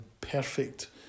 perfect